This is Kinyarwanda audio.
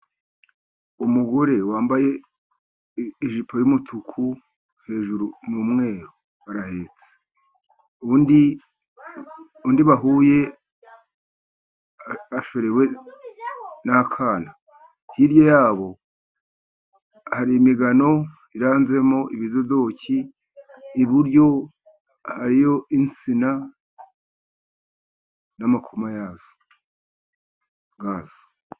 Umugore wambaye ijipo y'umutuku hejuru ni umweru. Arahetse. Undi, undi bahuye ashorewe n'akana, hirya yabo hari imigano iranzemo ibidodoki, iburyo hariyo insina n'amakoma yazo.